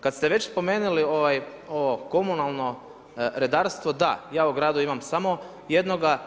Kad ste već spomenuli ovo komunalno redarstvo da ja u gradu imam samo jednoga.